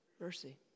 mercy